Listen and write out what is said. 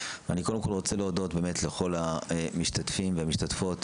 אני קודם כל רוצה להודות באמת לכל המשתתפים והמשתתפות.